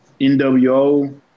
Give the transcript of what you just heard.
NWO